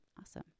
Awesome